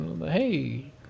Hey